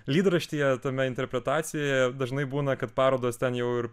lydraštyje tame interpretacijoje dažnai būna kad parodos ten jau ir